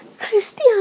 Christian